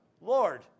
Lord